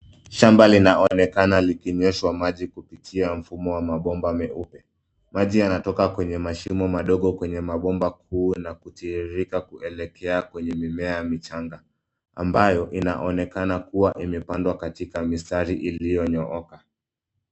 Shamba linaonekana likinyweshwa maji kupitia mfumo wa mabomba meupe. Maji yanatoka kwenye mashimo madogo kwenye bomba kuu na kutiririka kuelekea kwenye mimea michanga ambayo inaonekana kuwa imepandwa kwenya mistari iliyonyooka.